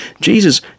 Jesus